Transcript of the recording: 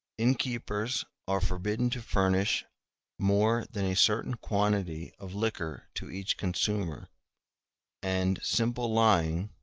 innkeepers are forbidden to furnish more than a certain quantity of liquor to each consumer and simple lying,